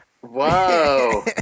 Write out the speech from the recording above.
Whoa